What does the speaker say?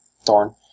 Thorn